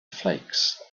flakes